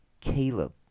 Caleb